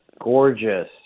gorgeous